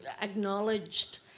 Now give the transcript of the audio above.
acknowledged